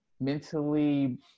mentally